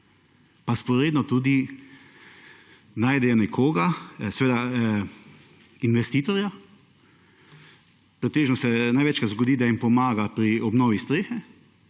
pa vzporedno tudi najdejo nekoga seveda investitorja pretežno se največkrat zgodi, da jim pomaga pri obnovi strehe